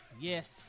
Yes